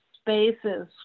spaces